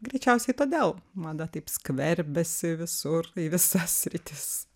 greičiausiai todėl mada taip skverbiasi visur į visas sritis